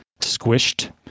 Squished